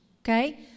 okay